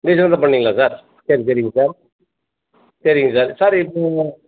ரீசெண்ட்டாகதான் பண்ணீங்களா சார் சரி சரிங்க சார் சரிங்க சார் சார் இப்போது